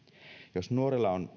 jos nuorella on